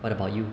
what about you